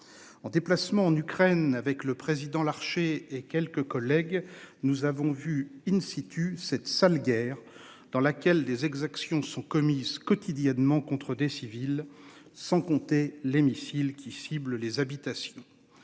En déplacement en Ukraine avec le président Larché, et quelques collègues nous avons vu in situ cette sale guerre dans laquelle les exactions sont commises quotidiennement contre des civils sans compter les missiles qui ciblent les habitations.